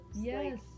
Yes